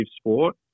sport